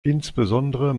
insbesondere